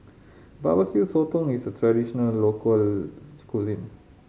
Barbecue Sotong is a traditional local cuisine